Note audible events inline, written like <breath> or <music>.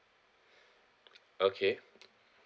<breath> okay <noise>